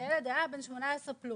הילד היה בן 18 פלוס.